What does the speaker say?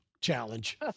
challenge